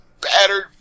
battered